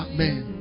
Amen